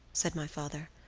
said my father.